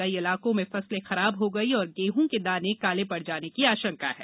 कई इलाकों में फसलें खराब हो गईं और गेहूं के दाने काले पड़ जाने की आशंका है